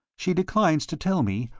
she declines to tell me,